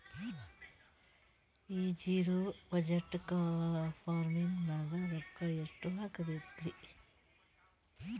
ಈ zero budget farming ನಾಗ್ ರೊಕ್ಕ ಎಷ್ಟು ಹಾಕಬೇಕರಿ?